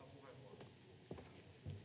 Arvoisa